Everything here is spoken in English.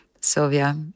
Sylvia